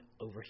over